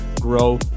grow